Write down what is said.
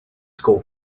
school